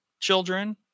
Children